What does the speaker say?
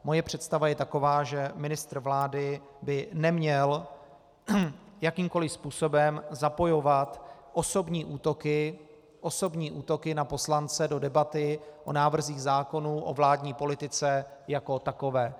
Moje představa je taková, že ministr vlády by neměl jakýmkoli způsobem zapojovat osobní útoky na poslance do debaty o návrzích zákonů o vládní politice jako takové.